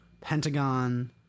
Pentagon